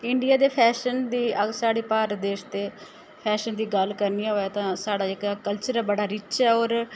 India दे fashion दी अगर साढ़े भारत देश दे फैशन दी गल्ल करनी होऐ तां साढ़ा जेह्का कल्चर ऐ बड़ा रिच्च ऐ होर